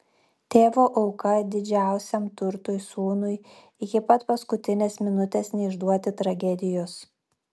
tėvo auka didžiausiam turtui sūnui iki pat paskutinės minutės neišduoti tragedijos